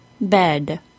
bed